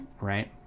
Right